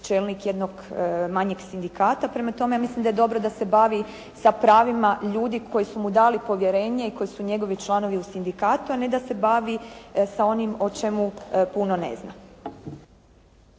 čelnik jednog manjeg sindikata, prema tome mislim da je dobro da se bavi sa pravima ljudi koji su mu dali povjerenje i koji su njegovi članovi u sindikatu, a ne da se bavi sa onim o čemu puno ne zna.